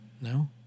no